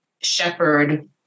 shepherd